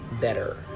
better